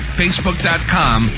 facebook.com